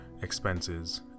expenses